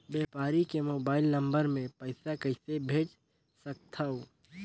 व्यापारी के mobile number मे पईसा कइसे भेज सकथव?